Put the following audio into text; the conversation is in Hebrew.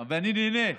ואני נהנה.